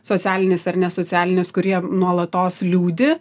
socialinis ar nesocialinis kur jie nuolatos liūdi